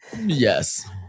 Yes